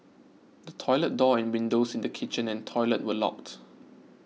the toilet door and windows in the kitchen and toilet were locked